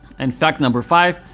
and fact number five,